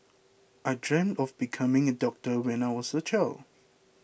I dreamt of becoming a doctor when I was a child